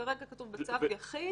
כרגע כתוב בצו יחיד,